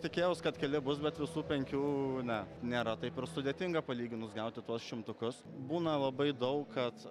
tikėjaus kad keli bus bet visų penkių ne nėra taip ir sudėtinga palyginus gauti tuos šimtukus būna labai daug kad